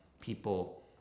people